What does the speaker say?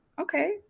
Okay